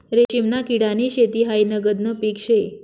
रेशीमना किडानी शेती हायी नगदनं पीक शे